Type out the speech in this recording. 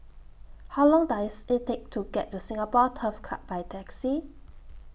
How Long Does IT Take to get to Singapore Turf Club By Taxi